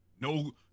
No